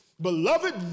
Beloved